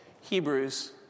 Hebrews